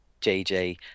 JJ